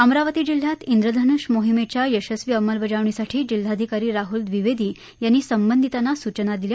अमरावती जिल्ह्यात इंद्रधनूष मोहीमेच्या यशस्वी अंमलबजावणीसाठी जिल्हाधिकारी राहुल दिवेदी यांनी संबंधितांना सूचना दिल्या